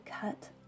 cut